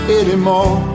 anymore